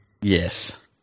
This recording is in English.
Yes